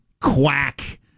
quack